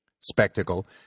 Spectacle